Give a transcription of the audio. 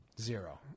Zero